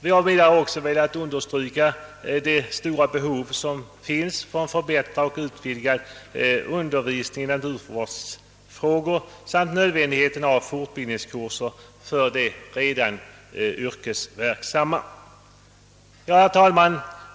Vi har också i vårt yttrande velat understryka det stora behov som finns av en förbättrad och utvidgad undervisning i naturvårdsfrågor samt nödvändigheten av fortbildningskurser för de redan yrkesverksamma. Herr talman!